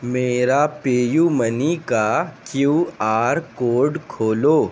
میرا Pay U Money کا Q R code کھولو